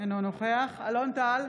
אינו נוכח אלון טל,